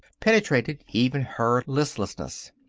penetrated even her listlessness.